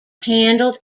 handled